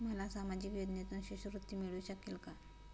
मला सामाजिक योजनेतून शिष्यवृत्ती मिळू शकेल का?